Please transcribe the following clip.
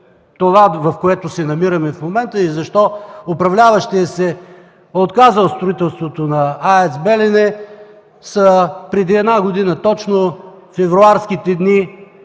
това, в което се намираме в момента и защо управляващият се отказа от строителството на АЕЦ „Белене”, са точно преди една година – февруарските дни,